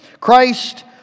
Christ